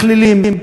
מכלילים.